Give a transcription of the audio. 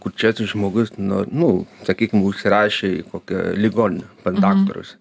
kurčiasis žmogus nu nu sakykim užsirašė į kokią ligoninę daktarus